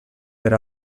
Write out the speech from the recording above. per